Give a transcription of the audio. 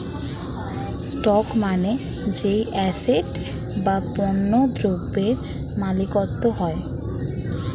stock মানে যেই asset বা পণ্য দ্রব্যের মালিকত্ব হয়